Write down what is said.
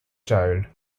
child